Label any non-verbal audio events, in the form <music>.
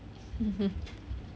<noise>